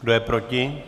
Kdo je proti?